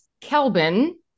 Kelvin